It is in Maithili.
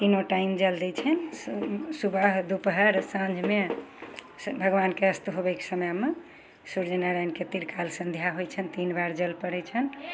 तीनो टाइम जल दै छनि सु सुबह दुपहर साँझमे भगवानके अस्त होबयके समयमे सुर्य नारायणके त्रिकाल संध्या होइ छनि तीन बार जल पड़य छनि